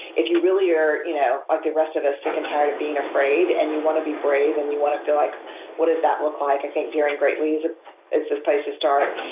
if you really are, like you know ah the rest of us, sick and tired of being afraid, and you want to be brave and you want to feel like what does that look like? i think daring greatly is ah is the place to start.